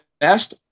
best